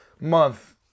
month